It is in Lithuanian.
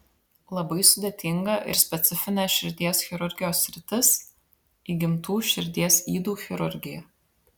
labai sudėtinga ir specifinė širdies chirurgijos sritis įgimtų širdies ydų chirurgija